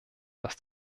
dass